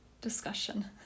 discussion